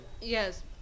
Yes